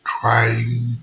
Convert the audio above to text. trying